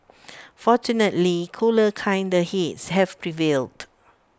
fortunately cooler kinder heads have prevailed